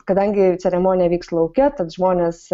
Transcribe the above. kadangi ceremonija vyks lauke tad žmonės